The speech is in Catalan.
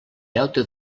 deute